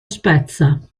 spezza